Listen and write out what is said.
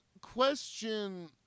question